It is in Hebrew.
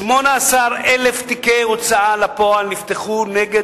התוצאה היא 18,000 תיקי הוצאה לפועל שנפתחו נגד